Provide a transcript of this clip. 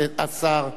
השר,